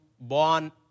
born